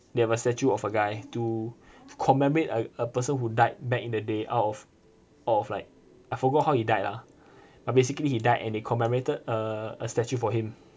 they have a statue of a guy to commemorate a a person who died back in the day out of out of like I forgot how he died ah but basically he died and they commemorated uh a statue for him